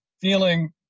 feeling